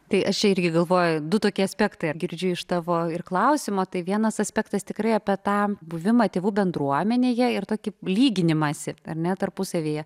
tai aš čia irgi galvoju du tokie aspektai girdžiu iš tavo ir klausimo tai vienas aspektas tikrai apie tą buvimą tėvų bendruomenėje ir tokį lyginimąsi ar ne tarpusavyje